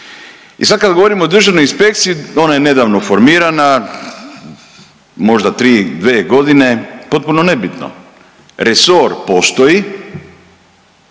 I sad kad govorimo o državnoj inspekciji ona je nedavno formirana možda 3, 2 godine potpuno nebitno, resor postoji,